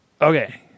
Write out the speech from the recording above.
Okay